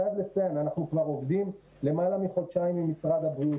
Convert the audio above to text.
כבר עובדים למעלה מחודשיים עם משרד הבריאות,